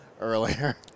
earlier